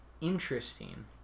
interesting